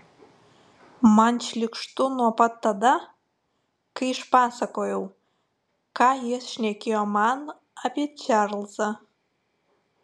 man šlykštu nuo pat tada kai išpasakojau ką jis šnekėjo man apie čarlzą